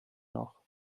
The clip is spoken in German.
noch